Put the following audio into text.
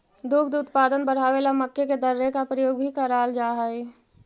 दुग्ध उत्पादन बढ़ावे ला मक्के के दर्रे का प्रयोग भी कराल जा हई